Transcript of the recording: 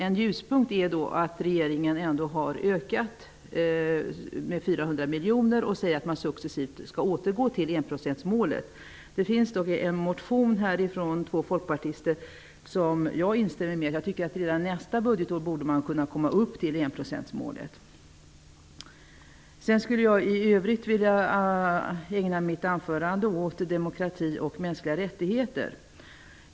En ljuspunkt är att regeringen har ökat biståndet med 400 miljoner och säger att man successivt skall återgå till enprocentsmålet. Det finns en motion från två folkpartister som jag instämmer i. Jag tycker att man redan nästa budgetår borde kunna komma upp till enprocentsmålet. I övrigt skulle jag vilja ägna mitt anförande åt demokrati och mänskliga rättigheter.